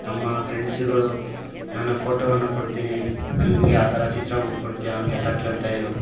ನಮ್ಮ ಫ್ರೆಂಡ್ಸುಗಳು ನನ್ನ ಫೋಟೋವನ್ನು ಕೊಡ್ತೀನಿ ನನಗೆ ಆ ಥರ ಚಿತ್ರ ಬುಟ್ಟುಕೊಡ್ತ್ಯಾ ಅಂತೆಲ್ಲಾ ಕೇಳ್ತಾ ಇದ್ದರು